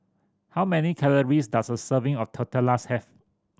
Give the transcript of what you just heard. how many calories does a serving of Tortillas have